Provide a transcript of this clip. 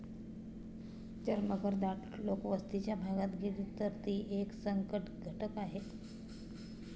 जर मगर दाट लोकवस्तीच्या भागात गेली, तर ती एक संकटघटक आहे